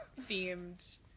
themed